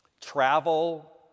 Travel